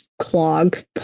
clog